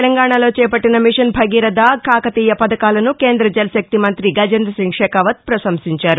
తెలంగాణలో చేపట్టిన మిషన్ భగీరథ కాకతీయ పథకాలను కేంద్ర జలశక్తి మంత్రి గజేందసింగ్ షెకావత్ పశంసించారు